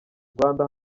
rwanda